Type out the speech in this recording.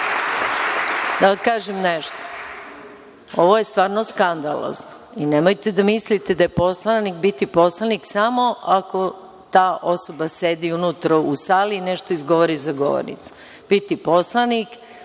vam kažem nešto. Ovo je stvarno skandalozno. Nemojte da mislite da je poslanik, biti poslanik samo ako ta osoba sedi unutra u sali i nešto izgovori za govornicom. Biti poslanik,